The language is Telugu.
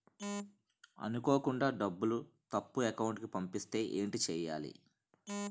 అనుకోకుండా డబ్బులు తప్పు అకౌంట్ కి పంపిస్తే ఏంటి చెయ్యాలి?